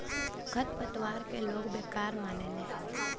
खर पतवार के लोग बेकार मानेले